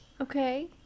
okay